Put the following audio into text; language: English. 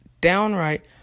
downright